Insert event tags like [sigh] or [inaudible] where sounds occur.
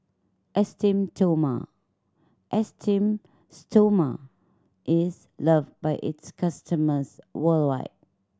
esteem [unintelligible] Esteem Stoma is loved by its customers worldwide